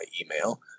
email